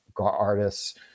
artists